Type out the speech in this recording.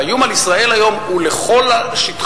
והאיום על ישראל היום הוא על כל שטחה,